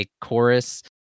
chorus